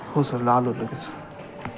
हो सर आलो लगेच